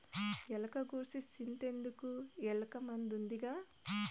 ఎలక గూర్సి సింతెందుకు, ఎలకల మందు ఉండాదిగా